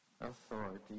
authority